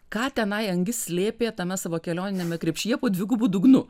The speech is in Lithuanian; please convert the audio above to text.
ką tenai angis slėpė tame savo kelioniniame krepšyje po dvigubu dugnu